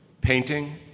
Painting